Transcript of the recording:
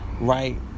Right